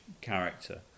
character